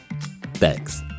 Thanks